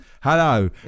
hello